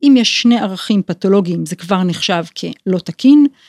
אם יש שני ערכים פתולוגיים זה כבר נחשב כלא תקין.